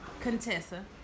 Contessa